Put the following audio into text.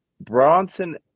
Bronson